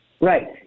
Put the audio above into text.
Right